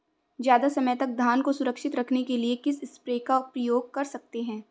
ज़्यादा समय तक धान को सुरक्षित रखने के लिए किस स्प्रे का प्रयोग कर सकते हैं?